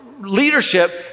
leadership